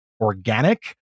organic